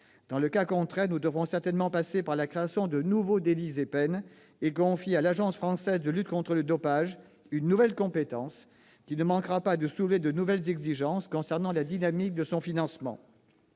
Dans le cas contraire, il nous faudra certainement créer de nouveaux délits et peines et confier à l'Agence française de lutte contre le dopage une nouvelle compétence, qui ne manquera pas de soulever de nouvelles exigences concernant la dynamique de son financement.